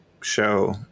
show